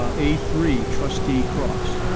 ah a three, trustee cross.